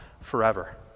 forever